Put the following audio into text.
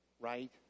Right